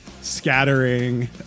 scattering